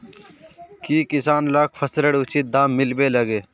की किसान लाक फसलेर उचित दाम मिलबे लगे?